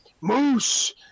Moose